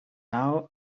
now